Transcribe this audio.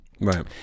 right